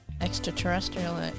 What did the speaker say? Extraterrestrial